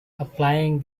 applying